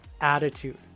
attitude